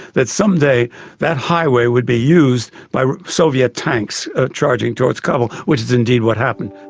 that some day that highway would be used by soviet tanks charging towards kabul' which is indeed what happened.